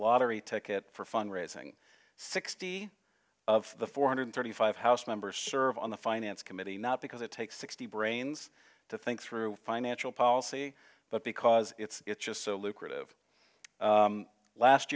lottery ticket for fund raising sixty of the four hundred thirty five house members serve on the finance committee not because it takes sixty brains to think through financial policy but because it's just so lucrative last